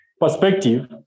perspective